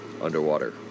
underwater